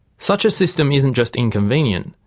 such a system isn't just inconvenient,